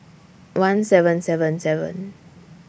one seven seven seven